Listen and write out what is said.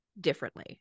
differently